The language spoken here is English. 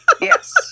yes